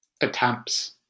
attempts